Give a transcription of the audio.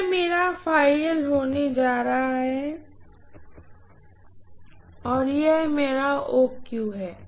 यह मेरा होने वाला है और यह मेरा है